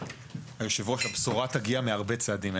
יושב הראש, הבשורה תגיע מהרבה צעדים.